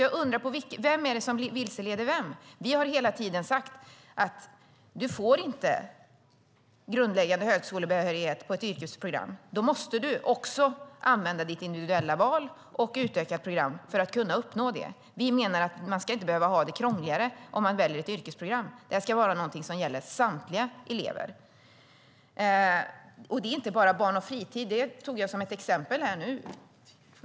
Jag undrar vem det är som vilseleder vem. Vi har hela tiden sagt till eleverna: Du får inte grundläggande högskolebehörighet på ett yrkesprogram. Du måste använda ditt individuella val och ett utökat program för att kunna uppnå det. Vi menar att man inte ska behöva få det krångligare om man väljer ett yrkesprogram. Det ska vara lika för samtliga elever. Det handlar inte bara om barn och fritid - det tog jag som exempel.